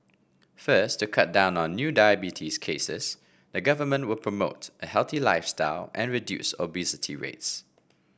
first to cut down on new diabetes cases the Government will promote a healthy lifestyle and reduce obesity rates